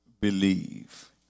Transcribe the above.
believe